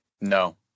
no